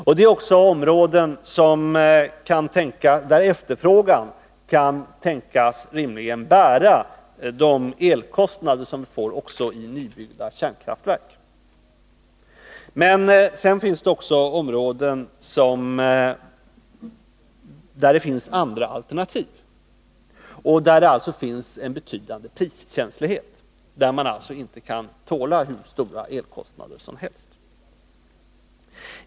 Det finns också områden där efterfrågan rimligen kan tänkas bära de elkostnader som vi får — också i nybyggda kärnkraftverk. Men sedan har vi också områden där det även finns andra alternativ — där det alltså finns en betydande priskänslighet — och där man inte kan tåla hur stora elkostnader som helst.